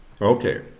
Okay